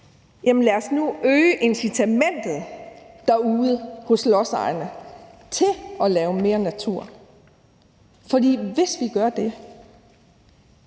Lad os nu øge incitamentet for lodsejerne derude til at lave mere natur. For hvis vi gør det,